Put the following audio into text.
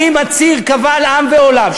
אני מצהיר קבל עם ועולם,